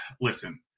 listen